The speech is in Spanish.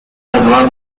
graduado